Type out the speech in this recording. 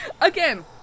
Again